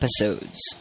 episodes